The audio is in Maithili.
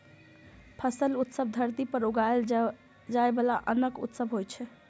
फसल उत्सव धरती पर उगाएल जाइ बला अन्नक उत्सव होइ छै